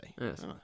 Yes